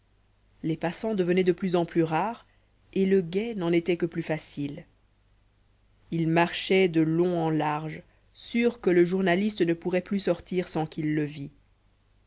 les passants devenaient de plus en plus rares et le guet n'en était que plus facile il marchait de long en large sûr que le journaliste ne pourrait plus sortir sans qu'il le vît